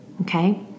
okay